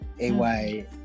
AY